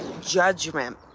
judgment